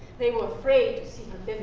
they were afraid to